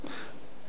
אברהם דיכטר.